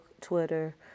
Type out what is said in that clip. Twitter